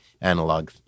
analog